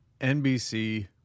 NBC